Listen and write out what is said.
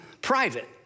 private